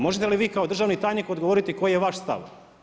Možete li vi kao državni tajnik odgovoriti koji je vaš stav.